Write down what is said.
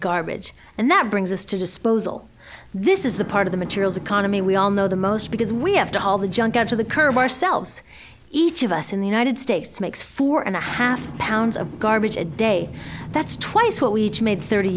garbage and that brings us to disposal this is the part of the materials economy we all know the most because we have to haul the junk out of the curve ourselves each of us in the united states makes four and a half pounds of garbage a day that's twice what we made thirty